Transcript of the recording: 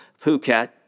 Phuket